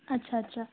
আচ্ছা আচ্ছা